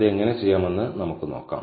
അത് എങ്ങനെ ചെയ്യാമെന്ന് നമുക്ക് നോക്കാം